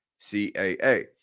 CAA